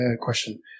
question